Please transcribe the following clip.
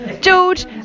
George